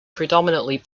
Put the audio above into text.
predominantly